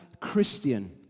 Christian